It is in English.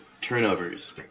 turnovers